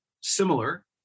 similar